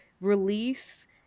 release